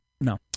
No